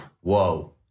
whoa